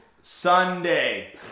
Sunday